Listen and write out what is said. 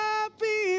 Happy